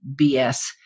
BS